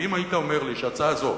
ואם היית אומר לי שהצעה זו